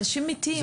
אנשים מתים,